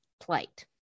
plight